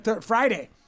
Friday